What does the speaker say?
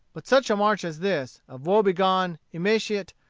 but such a march as this, of woe-begone, emaciate,